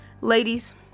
Ladies